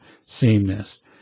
sameness